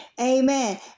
Amen